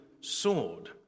sword